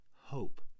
hope